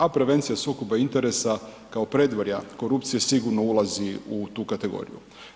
A prevencija sukoba interesa kao predvorja korupcije sigurno ulazi u tu kategoriju.